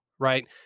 right